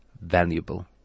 Valuable